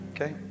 okay